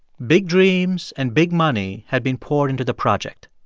big dreams and big money had been poured into the project.